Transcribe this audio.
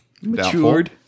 Matured